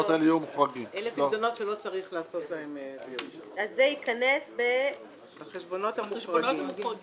אלה פיקדונות שלא צריך לעשות להם -- אז זה ייכנס בחשבונות המוחרגים.